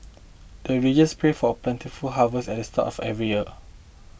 the villagers pray for plentiful harvest at start of every year